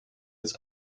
its